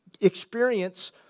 experience